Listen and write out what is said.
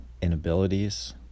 inabilities